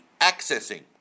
accessing